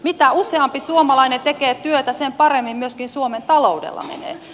mitä useampi suomalainen tekee työtä sen paremmin myöskin suomen taloudella menee